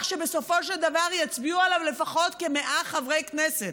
שבסופו של דבר יצביעו עליו לפחות כ-100 חברי כנסת?